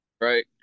right